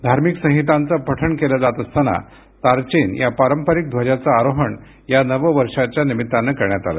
धार्मिक संहितांचं पठण केलं जात असताना तारचेन या पारंपरिक ध्वजाचं आरोहण या नव वर्षाच्या निमित्तानं करण्यात आलं